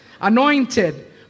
Anointed